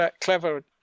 clever